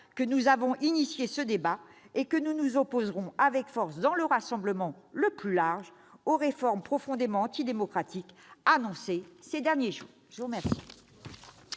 que nous avons demandé ce débat et que nous nous opposerons avec force dans le rassemblement le plus large aux réformes profondément antidémocratiques annoncées ces derniers jours. La parole